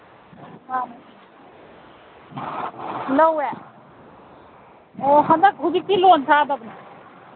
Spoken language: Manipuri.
ꯑ ꯂꯧꯋꯦ ꯑꯣ ꯍꯟꯗꯛ ꯍꯧꯖꯤꯛꯇꯤ ꯂꯣꯟ ꯊꯥꯗꯕꯅꯦ